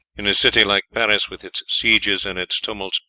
in a city like paris, with its sieges and its tumults,